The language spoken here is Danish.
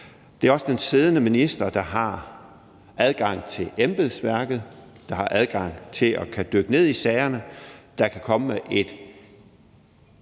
Det er også den siddende minister, der har adgang til embedsværket, der har adgang til at kunne dykke ned i sagerne, så der kan komme et